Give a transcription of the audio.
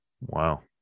Wow